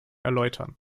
erläutern